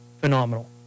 phenomenal